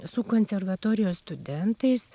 su konservatorijos studentais